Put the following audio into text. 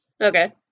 Okay